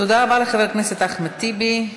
תודה רבה לחבר הכנסת אחמד טיבי.